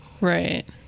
Right